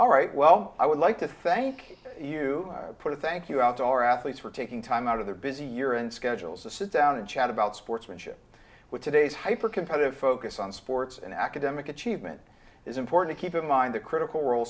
all right well i would like to thank you put a thank you out to our athletes for taking time out of their busy year and schedules to sit down and chat about sportsmanship which today's hypercompetitive focus on sports and academic achievement is important keep in mind the critical r